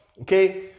Okay